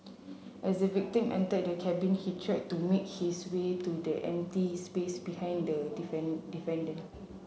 as the victim entered the cabin he tried to make his way to the empty space behind the defendant